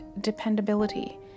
dependability